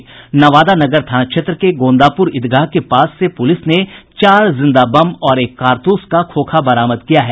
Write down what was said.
नवादा नगर थाना क्षेत्र के गोंदापुर ईदगाह के पास से पुलिस ने चार जिंदा बम और एक कारतूस का खोखा बरामद किया है